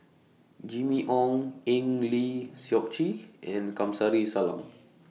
Jimmy Ong Eng Lee Seok Chee and Kamsari Salam